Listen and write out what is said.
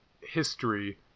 history